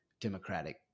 democratic